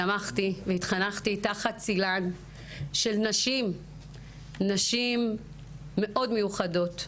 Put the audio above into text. צמחתי והתחנכתי תחת צלן של נשים מאוד מיוחדות,